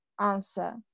answer